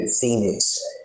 Phoenix